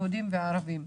יהודים וערבים.